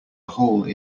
hole